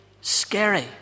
scary